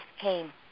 came